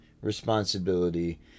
responsibility